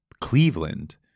Cleveland